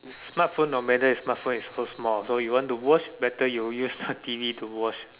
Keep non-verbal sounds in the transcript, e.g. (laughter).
smart phone no matter smart phone is so small so you want to watch better you use (laughs) T_V to watch